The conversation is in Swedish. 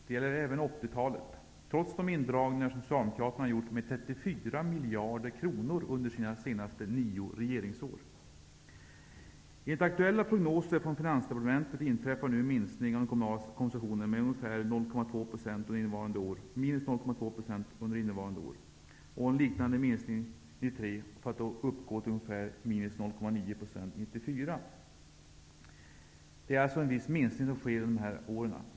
Det gäller även 80-talet, trots de indragningar som Socialdemokraterna har gjort med 34 miljarder kronor under sina senaste nio regeringsår. Finansdepartementet sker det nu en minskning av den kommunala konsumtionen med ungefär 0,2 % under innevarande år. En liknande minskning beräknas uppstå 1993 för att 1994 uppgå till ungefär minus 0,9 %. Det sker alltså en viss minskning under dessa år.